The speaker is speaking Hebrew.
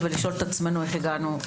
דיון מהיר של חברת הכנסת אורנה ברביבאי,